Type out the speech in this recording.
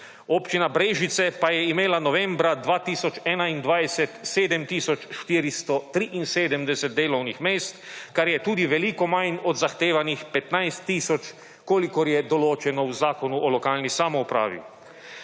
Občina Brežice pa je imela novembra 2021 7 tisoč 473 delovnih mest, kar je tudi veliko manj od zahtevanih 15 tisoč, kolikor je določeno v Zakonu o lokalni samoupravi.